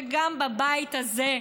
וגם בבית הזה,